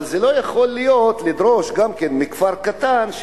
אבל לא יכול להיות שידרשו גם מכפר קטן,